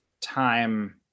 time